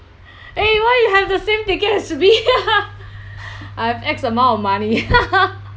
eh why you have the same thinking as me I have X amount of money